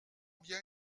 bien